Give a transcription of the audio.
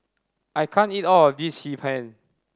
I can't eat all of this Hee Pan